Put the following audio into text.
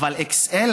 אבל XL,